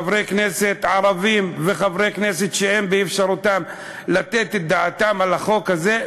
חברי כנסת ערבים וחברי כנסת שאין באפשרותם לתת את דעתם על החוק הזה,